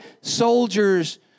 soldiers